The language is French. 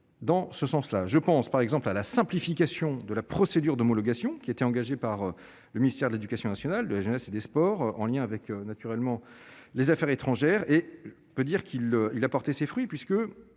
dans ce sens-là, je pense par exemple à la simplification de la procédure d'homologation, qui étaient engagés par le ministère de l'Éducation nationale de la jeunesse et des sports en lien avec, naturellement, les affaires étrangères et peut dire qu'il il a porté ses fruits puisque